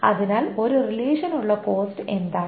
അതിനാൽ ഒരു റിലേഷനുള്ള കോസ്റ്റ് എന്താണ്